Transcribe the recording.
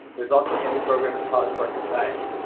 there's also a music program in the college of arts and science.